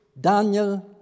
Daniel